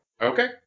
Okay